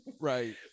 Right